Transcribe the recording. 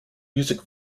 music